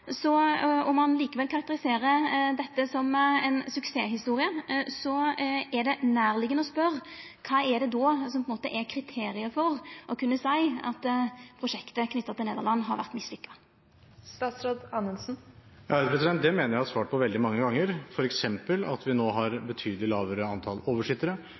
ein likevel karakteriserer dette som ei suksesshistorie, er det nærliggjande å spørja: Kva er det då som er kriteriet for å kunna seia at prosjektet knytt til Nederland har vore mislukka? Det mener jeg at jeg har svart på veldig mange ganger, f.eks. at vi nå har et betydelig lavere